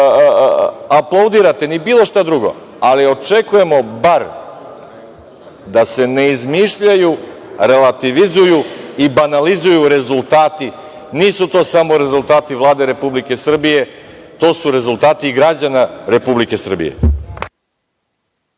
aplaudirate, ni bilo šta drugo, ali očekujemo bar da se ne izmišljaju, relativizuju i banalizuju rezultati. Nisu to samo rezultati Vlade Republike Srbije, to su rezultati i građana Republike Srbije.